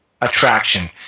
attraction